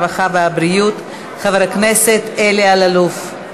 הרווחה והבריאות חבר הכנסת אלי אלאלוף.